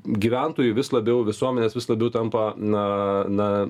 gyventojų vis labiau visuomenės vis labiau tampa na na